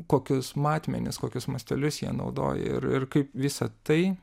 kokius matmenis kokius mastelius jie naudoja ir ir kaip visa tai